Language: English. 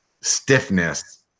stiffness